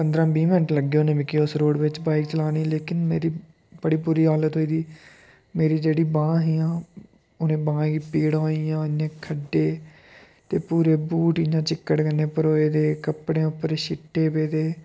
पंदरां बीह् मैंट्ट लग्गे होने मिगी ओस रोड़ बिच्च बाइक चलाने लेकिन मेरी बड़ी बुरी हालत होई दी ही मेरी जेह्ड़ी बांह् ही उनें बाहें गी पीड़ा होई गेइयां इन्ने खड्डे ते पूरे बूट इयां चिक्कड़ कन्नै भरोए दे कपड़ें उप्पर छिट्टे पेदे